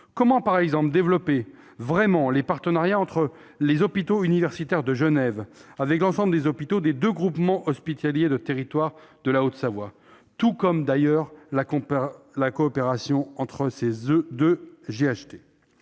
Comment, par exemple, développer vraiment les partenariats entre les hôpitaux universitaires de Genève et l'ensemble des hôpitaux des deux groupements hospitaliers de territoire de la Haute-Savoie, ainsi d'ailleurs que la coopération entre ces deux GHT